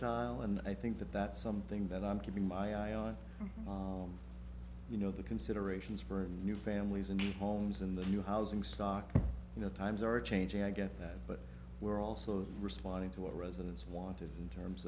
quarter and i think that that's something that i'm keeping my eye on you know the considerations for a new families and homes in the new housing stock you know times are changing i get that but we're also responding to what residents wanted in terms